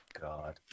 God